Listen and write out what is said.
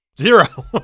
Zero